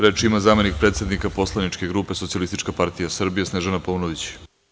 Reč ima zamenik predsednika poslaničke grupe Socijalistička partija Srbije Snežana Paunović.